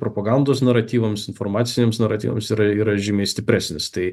propagandos naratyvams informaciniams naratyvas yra yra žymiai stipresnis tai